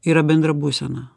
yra bendra būsena